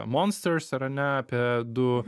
monsters yra ne apie du